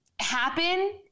happen